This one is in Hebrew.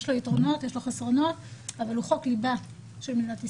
יש לו יתרונות ויש לו חסרונות אבל הוא חוק ליבה של מדינת ישראל.